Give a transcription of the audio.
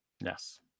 Yes